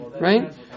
right